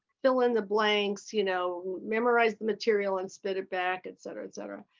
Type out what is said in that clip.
fill in the blank, so you know memorize the material and spit it back, etcetera, etcetera.